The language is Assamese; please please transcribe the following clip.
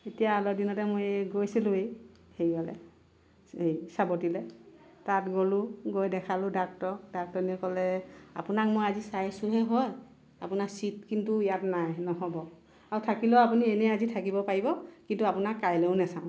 এতিয়া অলপদিনতে মই গৈছিলোৱে হেৰিওলৈ এই চাবতিলৈ তাত গ'লোঁ গৈ দেখালোঁ ডাক্তৰক ডাক্তৰণীয়ে ক'লে আপোনাক মই আজি চাইচোহে হয় আপোনাক ছিট কিন্তু ইয়াত নাই নহ'ব আৰু থাকিলেও আপুনি এনে আজি থাকিব পাৰিব কিন্তু আপোনাক কাইলৈও নাচাওঁ